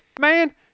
Man